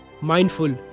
mindful